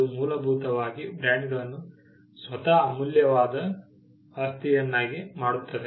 ಇದು ಮೂಲಭೂತವಾಗಿ ಬ್ರ್ಯಾಂಡ್ಗಳನ್ನು ಸ್ವತಃ ಅಮೂಲ್ಯವಾದ ಆಸ್ತಿಯನ್ನಾಗಿ ಮಾಡುತ್ತದೆ